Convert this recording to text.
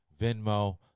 Venmo